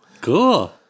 cool